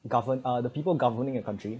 govern uh the people in governing a country